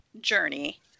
journey